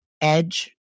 edge